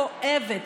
כואבת,